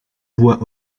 voix